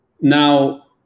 Now